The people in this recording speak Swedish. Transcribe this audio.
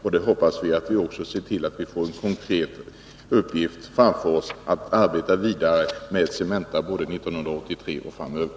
Vi hoppas också att vi får en konkret möjlighet att arbeta vidare med Cementa både år 1983 och framöver.